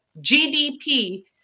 GDP